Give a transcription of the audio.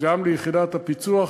גם ליחידת הפיצו"ח,